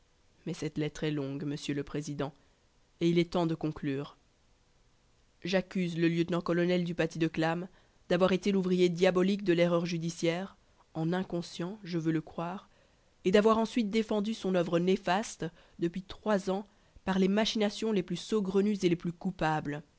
mais cette lettre est longue monsieur le président et il est temps de conclure j'accuse le lieutenant-colonel du paty de clam d'avoir été l'ouvrier diabolique de l'erreur judiciaire en inconscient je veux le croire et d'avoir ensuite défendu son oeuvre néfaste depuis trois ans par les machinations les plus saugrenues et les plus coupables